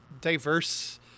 diverse